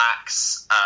max